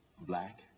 black